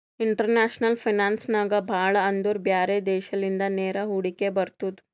international finance ನಾಗ್ ಭಾಳ ಅಂದುರ್ ಬ್ಯಾರೆ ದೇಶಲಿಂದ ನೇರ ಹೂಡಿಕೆ ಬರ್ತುದ್